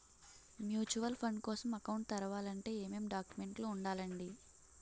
Mutual fund కోసం account తెరవాలంటే ఏమేం డాక్యుమెంట్లు ఉండాలండీ?